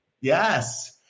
Yes